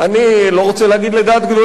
אני לא רוצה להגיד לדעת גדולים,